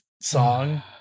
song